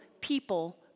people